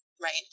right